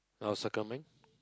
I will circle mine